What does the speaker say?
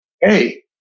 Hey